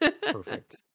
Perfect